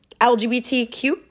LGBTQ